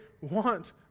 want